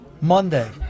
Monday